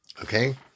Okay